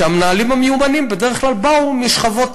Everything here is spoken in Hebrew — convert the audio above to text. שהמנהלים המיומנים בדרך כלל באו משכבות